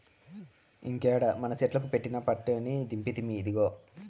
ఇంకేడ మనసెట్లుకు పెట్టిన పట్టుని దింపితిమి, ఇదిగో